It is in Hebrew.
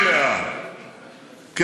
גדולה בסיעה שלך.